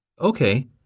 Okay